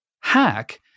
hack